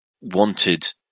wanted